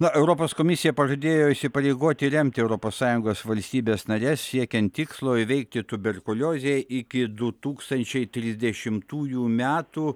na europos komisija pažadėjo įsipareigoti remti europos sąjungos valstybes nares siekiant tikslo įveikti tuberkuliozę iki du tūkstančiai trisdešimtųjų metų